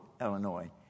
Illinois